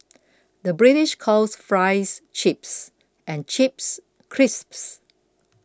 the British calls Fries Chips and Chips Crisps